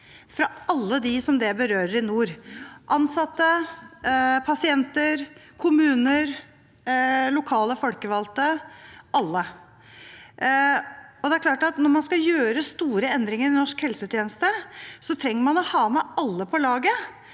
fra alle det berører i nord: ansatte, pasienter, kommuner, lokalt folkevalgte – alle. Det er klart at når man skal gjøre store endringer i norsk helsetjeneste, trenger man å ha med alle på laget.